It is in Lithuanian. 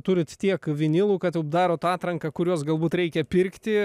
turit tiek vinilų kad jau darot atranką kuriuos galbūt reikia pirkti